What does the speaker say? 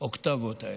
האוקטבות האלה.